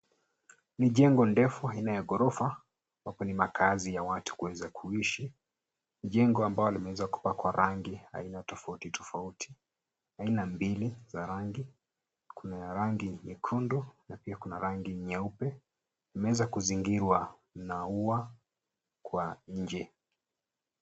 Ni jengo ndefu aina ya ghorofa ambapo ni makazi ya watu kuweza kuishi. Ni jengo ambalo limeweza kupakwa rangi aina tofauti tofauti. Aina mbili za rangi, kuna rangi nyekundu na pia rangi nyeupe. Limeweza kuzingirwa kwa ua nje.